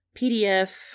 PDF